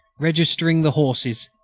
registering the horses,